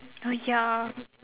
oh ya